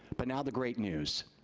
but now the great news.